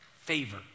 Favor